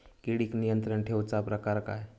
किडिक नियंत्रण ठेवुचा प्रकार काय?